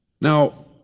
Now